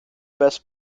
best